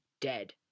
dead